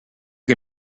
che